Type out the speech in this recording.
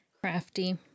Crafty